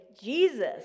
Jesus